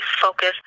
focus